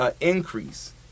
increase